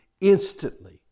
instantly